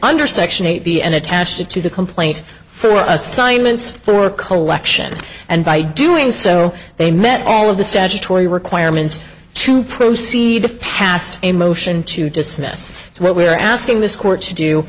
under section eight b and attached it to the complaint for a science work collection and by doing so they met all of the statutory requirements to proceed past a motion to dismiss what we are asking this court to do